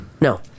No